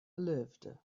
lived